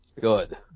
Good